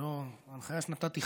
ההנחיה שנתתי,